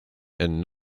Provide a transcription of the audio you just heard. and